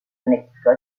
connecticut